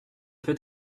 peut